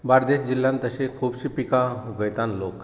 बार्देज जिल्लान तशें खूब शी पिकां उगयतान लोक